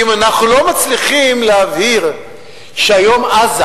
כי אם אנחנו לא מצליחים להבהיר שהיום בעזה